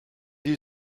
you